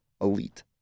elite